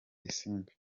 isimbi